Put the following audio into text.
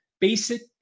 basic